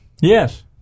Yes